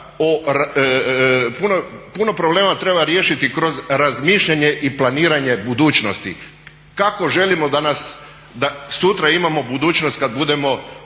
puno problema treba riješiti kroz razmišljanje i planiranje budućnosti, kako želimo danas da sutra imamo budućnost kada budemo